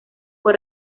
fue